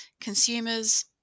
consumers